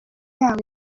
yabo